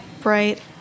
bright